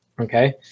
okay